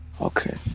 Okay